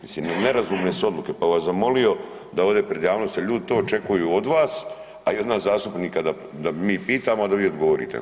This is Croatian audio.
Mislim, nerazumne su odluke pa bi vas zamolio da ovdje pred javnosti jer ljudi to očekuju od vas, a i od nas zastupnika da mi pitamo, a da vi odgovorite.